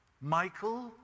Michael